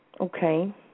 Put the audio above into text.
Okay